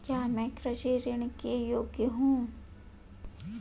क्या मैं कृषि ऋण के योग्य हूँ?